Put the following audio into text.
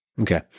Okay